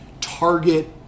target